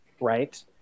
Right